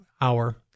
hour